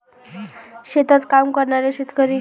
शेतात काम करणारे शेतकरी